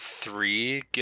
three